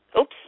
Oops